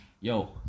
yo